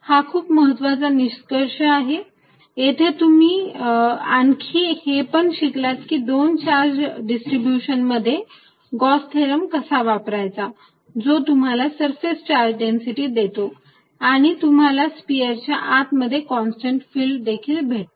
हाय खूप महत्त्वाचा निष्कर्ष आहे येथे तुम्ही आणखी हे पण शिकलात की दोन चार्ज डिस्ट्रीब्यूशन मध्ये गॉस थेरम कसा वापरायचा जो तुम्हाला सरफेस चार्ज डेन्सिटी देतो आणि तुम्हाला स्पेअर च्या आत मध्ये कॉन्स्टंट फिल्ड भेटते